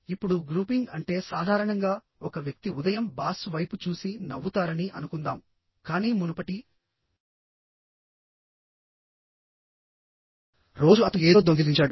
ఇప్పుడు గ్రూపింగ్ అంటే సాధారణంగా ఒక వ్యక్తి ఉదయం బాస్ వైపు చూసి నవ్వుతారని అనుకుందాం కానీ మునుపటి రోజు అతను ఏదో దొంగిలించాడు